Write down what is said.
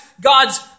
God's